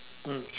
mm